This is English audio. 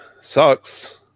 sucks